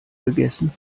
gegessen